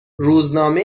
روزنامه